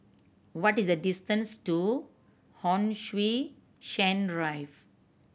what is the distance to Hon Sui Sen Rive